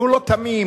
שהוא לא תמים,